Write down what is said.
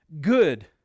good